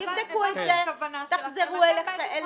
תבדקו את זה ותחזרו אלינו.